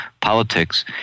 politics